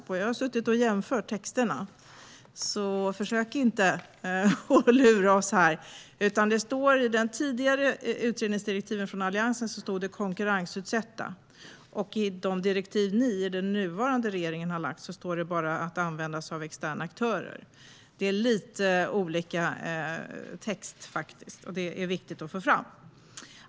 Men jag har suttit och jämfört texterna, så försök inte lura oss här! I de tidigare utredningsdirektiven från Alliansen står det "konkurrensutsätta", och i direktiven från den nuvarande regeringen står det bara "att använda sig av externa aktörer". Det är lite olika text, faktiskt, och det är viktigt att få fram.